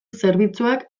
zerbitzuak